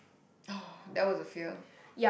orh that was a fear